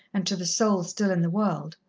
and to the soul still in the world.